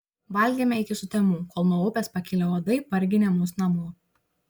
valgėme iki sutemų kol nuo upės pakilę uodai parginė mus namo